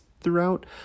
throughout